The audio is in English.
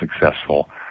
successful